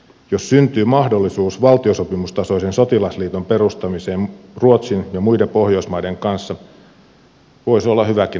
jos syntyy mahdollisuus valtiosopimustasoisen sotilasliiton perustamiseen ruotsin ja muiden pohjoismaiden kanssa voi se olla hyväkin ajatus